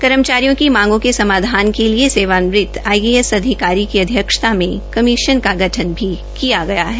कर्मचारियों की मांगो के समाधान के लिए सेवानिवृत आईएएस अधिकारी की अध्यक्षता में कमीशन का गठन भी किया गया है